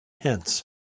Hence